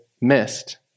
missed